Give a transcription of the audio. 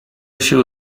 się